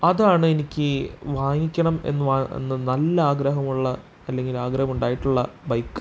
അതാണ് എനിക്ക് വാങ്ങിക്കണം എന്ന് വ എന്ന് നല്ല ആഗ്രഹമുള്ള അല്ലെങ്കില് ആഗ്രഹമുണ്ടായിട്ടുള്ള ബൈക്ക്